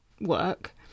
work